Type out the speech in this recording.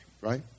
Right